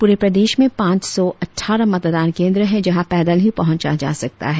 पूरे प्रदेश में पांच सौ अटठारह मतदान केंद्र है जहां पैदल ही पहुंचा जा सकता है